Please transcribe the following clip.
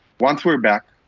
once we're back,